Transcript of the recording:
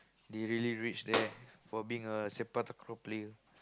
they really reach there for being a Sepak-Takraw player